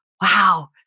wow